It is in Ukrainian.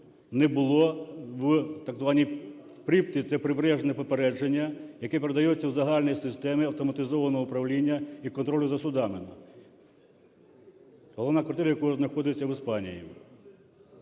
не було в так званій "припті" – це прибережне попередження, яке передається в загальній системі автоматизованого управління і контролю за судами, головна квартира якого знаходиться в Іспанії.